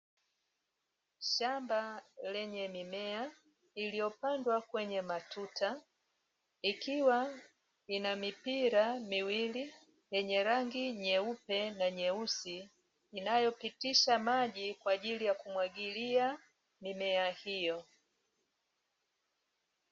Shamba lenye mimea iliyopandwa kwenye matuta, ikiwa ina mipira miwili yenye rangi nyeupe na nyeusi, inayopitisha maji kwa ajili ya kumwagilia mimea hiyo.